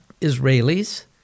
israelis